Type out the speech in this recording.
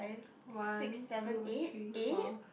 one two three four